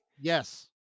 Yes